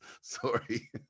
sorry